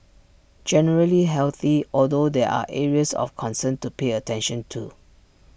generally healthy although there are areas of concern to pay attention to